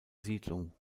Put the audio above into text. siedlung